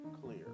clear